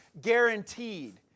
guaranteed